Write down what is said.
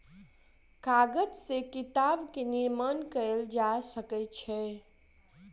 कागज से किताब के निर्माण कयल जा सकै छै